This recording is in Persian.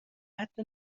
حتی